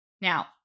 Now